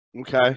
Okay